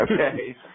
Okay